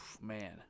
man